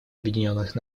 объединенных